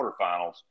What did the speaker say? quarterfinals